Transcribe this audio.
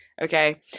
okay